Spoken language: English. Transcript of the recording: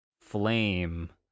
flame